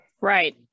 Right